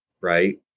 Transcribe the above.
Right